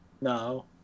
No